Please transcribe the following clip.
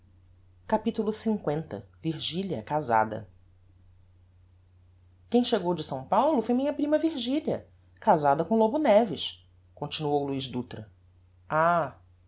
capitulo l virgilia casada quem chegou de s paulo foi minha prima virgilia casada com o lobo neves continuou o luiz dutra ah